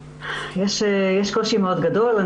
יש קושי מאוד גדול.